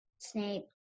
Snape